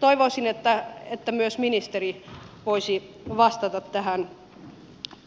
toivoisin että myös ministeri voisi vastata tähän